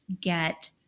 get